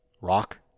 Rock